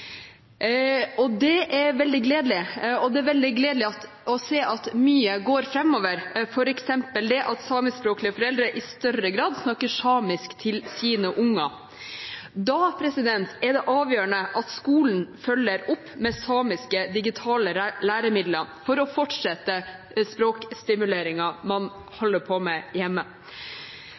Det er veldig gledelig, og det er veldig gledelig å se at mye går framover, f.eks. at samiskspråklige foreldre i større grad snakker samisk til sine unger. Da er det avgjørende at skolen følger opp med samiske digitale læremidler for å fortsette språkstimuleringen man holder på med hjemme.